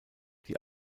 die